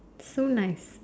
so nice